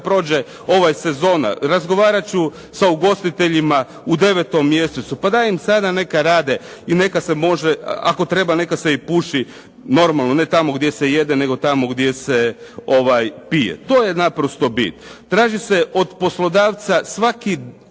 prođe sezona. Razgovarati ću sa ugostiteljima u 9 mjesecu, pa daj im sada neka rade i neka se može, ako treba neka se i puši, normalno ne tamo gdje se jede, nego tamo gdje se pije. To je naprosto bit. Traži se od poslodavca svakim